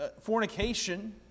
fornication